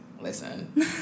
Listen